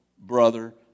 brother